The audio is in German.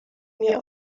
mir